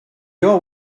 your